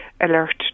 alert